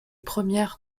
premières